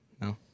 No